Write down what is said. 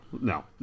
no